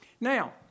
Now